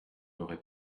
n’aurez